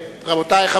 אני מברך אותך על